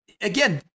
Again